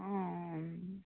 অ